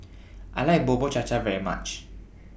I like Bubur Cha Cha very much